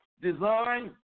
design